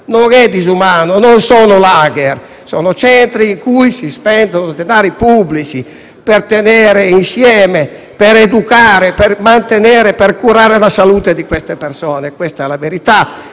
non è disumano, non sono *lager:* sono centri per cui si spendono denari pubblici per tenere insieme, per educare, per mantenere e curare la salute di quelle persone. Questa è la verità.